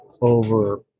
over